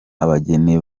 abageni